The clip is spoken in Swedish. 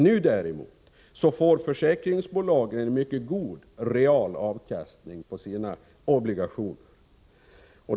Nu får försäkringsbolagen däremot en mycket god real avkastning på sina obligationer.